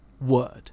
word